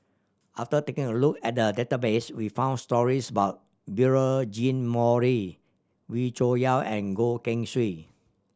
after taking a look at the database we found stories about Beurel Jean Marie Wee Cho Yaw and Goh Keng Swee